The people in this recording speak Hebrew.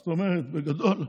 זאת אומרת, בגדול,